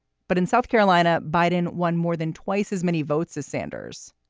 but in south carolina, biden won more than twice as many votes as sanders.